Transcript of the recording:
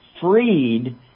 freed